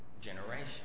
generation